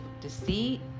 deceit